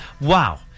Wow